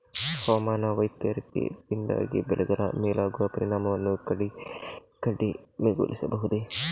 ಹವಾಮಾನ ವೈಪರೀತ್ಯದಿಂದಾಗಿ ಬೆಳೆಗಳ ಮೇಲಾಗುವ ಪರಿಣಾಮವನ್ನು ಕಡಿಮೆಗೊಳಿಸಬಹುದೇ?